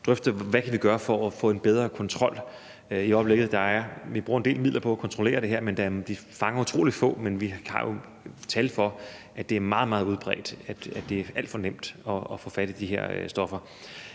drøfte, hvad vi kan gøre for at få en bedre kontrol med det. Vi bruger en del midler på at kontrollere det her, og man fanger utrolig få, men vi har tal for, at det er meget, meget udbredt, altså at det er alt for nemt at få fat i de her stoffer.